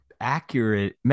accurate